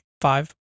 five